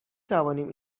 توانیم